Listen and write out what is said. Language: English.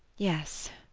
yes,